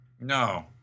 No